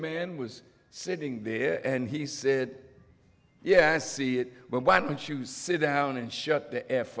man was sitting there and he said yeah see why don't you sit down and shut the f